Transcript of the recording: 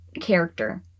character